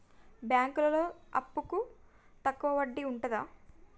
బ్యాంకులలో అప్పుకు తక్కువ వడ్డీ ఉంటదా?